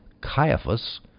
Caiaphas